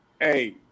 hey